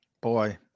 Boy